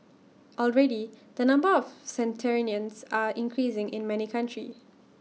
already the number of centenarians are increasing in many countries